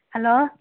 hello